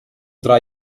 tra